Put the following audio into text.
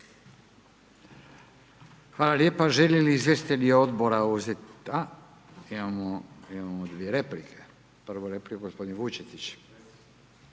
Hvala lijepa. Žele li izvjestitelja uzeti…? A, imamo dvije replike, prva replika gospodin Vučetić.